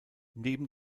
neben